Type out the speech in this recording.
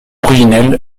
originel